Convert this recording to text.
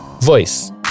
Voice